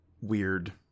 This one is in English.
weird